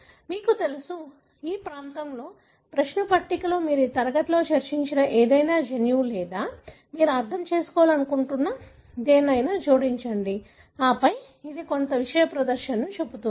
మీకు తెలుసు ఈ ప్రాంతంలో ప్రశ్న పట్టికలో మీరు ఈ తరగతిలో చర్చించిన ఏదైనా జన్యువును లేదా మీరు అర్థం చేసుకోవాలనుకుంటున్న దేనినైనా జోడించండి ఆపై ఇది కొంత విషయ ప్రదర్శనను చూపుతుంది